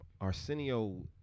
Arsenio